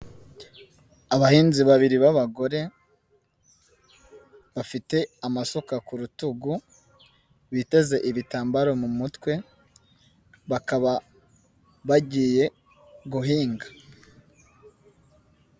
Abahinzi babiri b'abagore, bafite amasuka ku rutugu, biteze ibitambaro mu mutwe, bakaba bagiye guhinga.